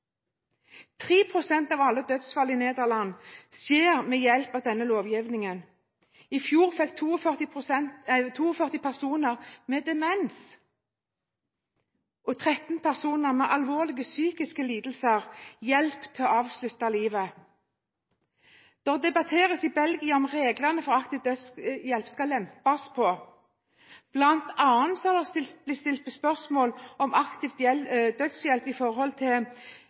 av alle dødsfall i Nederland skjer ved hjelp av denne lovgivningen. I fjor fikk 42 personer med demens og 13 personer med alvorlige psykiske lidelser hjelp til å avslutte livet. I Belgia debatteres det om reglene for aktiv dødshjelp skal lempes på. En har bl.a. stilt spørsmål om aktiv dødshjelp skal kunne gis til folk som sitter i